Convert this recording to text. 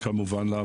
כמובן.